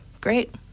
great